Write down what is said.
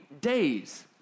days